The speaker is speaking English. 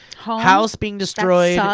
ah house being destroyed,